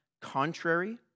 contrary